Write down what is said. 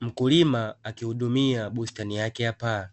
Mkulima akihudumia bustani yake ya paa